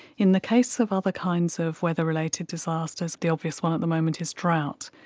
in the case of other kinds of weather-related disasters, the obvious one at the moment is drought,